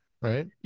Right